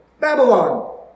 Babylon